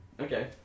Okay